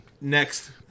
next